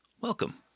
Welcome